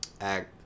act